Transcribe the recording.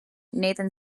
nathan